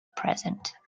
present